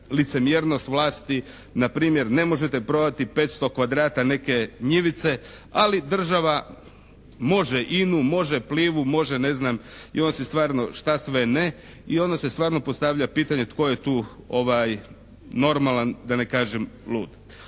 licemjernost vlasti npr. ne možete prodati 500 kvadrata njivice, ali država može INA-u, može Plivu, može ne znam i onda se stvarno šta sve ne, i onda se stvarno postavlja pitanje tko je tu normalan, da ne kažem lud.